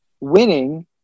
winning